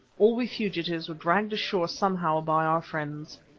all we fugitives were dragged ashore somehow by our friends.